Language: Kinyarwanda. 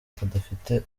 kadafite